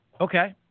Okay